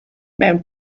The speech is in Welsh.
mewn